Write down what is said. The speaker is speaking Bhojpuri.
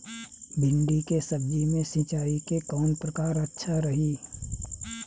भिंडी के सब्जी मे सिचाई के कौन प्रकार अच्छा रही?